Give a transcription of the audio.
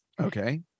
okay